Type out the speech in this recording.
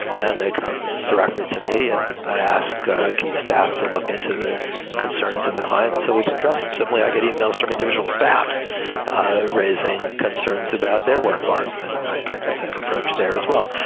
and they come directly to me and i ask his staff to look into the concerns of the clients so we can address them simply. i get yeah e-mails from individual staff raising concerns about their work life. and i take the same approach there as well.